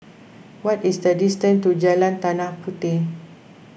what is the distance to Jalan Tanah Puteh